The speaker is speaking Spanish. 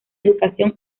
educación